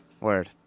Word